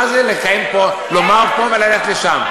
מה זה לומר פה וללכת לשם?